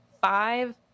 five